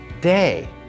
day